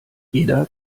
jeder